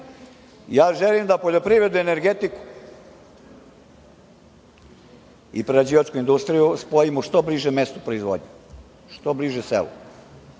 da poljoprivredu, energetiku i prerađivačku industriju spojimo što bliže mestu proizvodnje, što bliže selu,